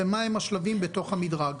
ומהם השלבים בתוך המדרג.